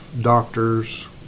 doctors